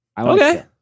okay